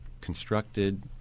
constructed